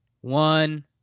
One